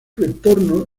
retorno